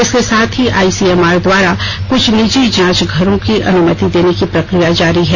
इसके साथ ही आईसीएमआर द्वारा कृष्ठ निजी जांच घरों को अनुमति देने की प्रकिया जारी है